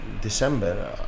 December